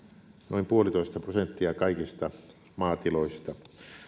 noin puolitoista prosenttia kaikista maatiloista